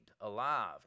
alive